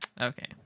Okay